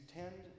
tend